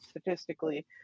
statistically